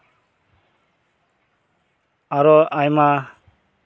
ᱟᱨᱚ ᱟᱭᱢᱟ